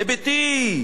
זה ביתי.